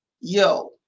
yo